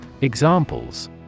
Examples